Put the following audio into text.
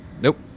Nope